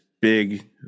big